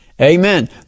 Amen